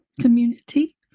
community